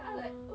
oh